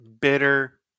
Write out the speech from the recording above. bitter